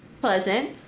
pleasant